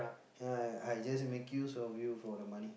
yeah I just make use of you for the money